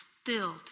stilled